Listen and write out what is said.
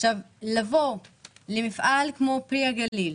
במפעל כמו פרי הגליל